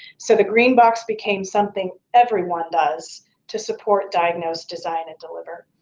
so the green box became something everyone does to support diagnose, design, deliver.